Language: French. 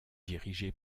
dirigé